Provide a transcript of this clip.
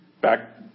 back